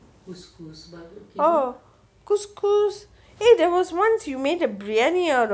oh couscous eh there was once you mean the briyani